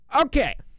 Okay